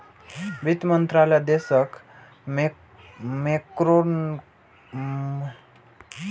वित्त मंत्रालय देशक मैक्रोइकोनॉमिक नीति बनबै छै आ ओकर निगरानी करै छै